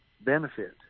benefit